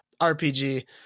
RPG